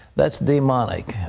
that's demonic.